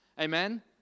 Amen